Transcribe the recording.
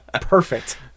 Perfect